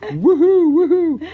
and woo hoo!